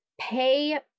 pay